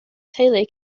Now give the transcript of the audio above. teulu